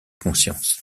conscience